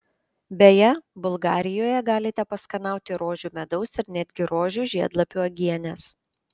beje bulgarijoje galite paskanauti rožių medaus ir netgi rožių žiedlapių uogienės